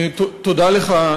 תודה לך,